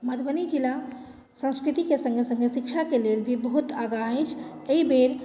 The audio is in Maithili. मधुबनी जिला संस्कृतिके सङ्गे सङ्गे शिक्षाके लेल भी बहुत आगाँ अछि एहि बेर